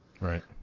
Right